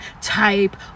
type